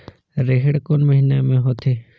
रेहेण कोन महीना म होथे?